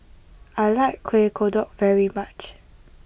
I like Kueh Kodok very much